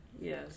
Yes